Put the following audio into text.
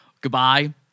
Goodbye